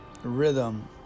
Rhythm